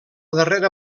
darrera